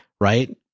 right